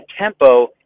tempo